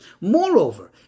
Moreover